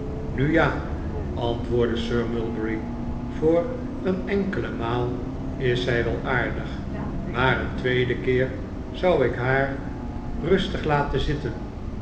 nu ja antwoordde sir mulberry voor een enkele maal is zij wel aardig maar een tweeden keer zou ik haar rustig laten zitten